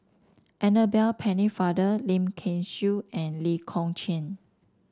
Annabel Pennefather Lim Kay Siu and Lee Kong Chian